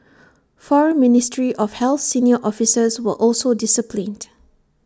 four ministry of health senior officers were also disciplined